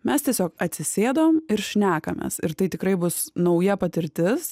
mes tiesiog atsisėdom ir šnekamės ir tai tikrai bus nauja patirtis